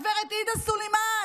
גב' עאידה סלימאן.